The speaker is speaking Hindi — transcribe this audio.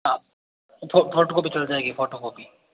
हाँ फोटोकॉपी चल जाएगी फोटोकॉपी